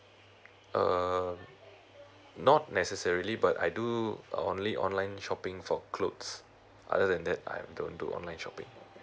uh not necessarily but I do only online shopping for clothes other than that I don't do online shopping